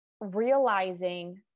realizing